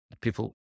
People